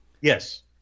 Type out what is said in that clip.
Yes